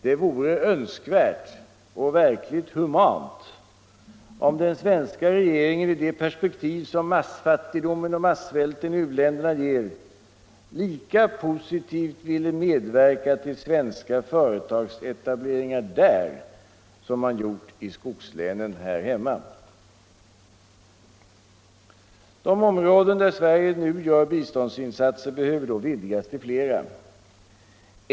Det vore önskvärt och verkligt humant, om den svenska regeringen, i det perspektiv som massfattigdomen och massvälten i u-länderna ger, lika positivt ville medverka till svenska företagsetableringar där som man gjort i skogslänen här hemma. De områden, där Sverige nu gör biståndsinsatser, behöver då vidgas till flera.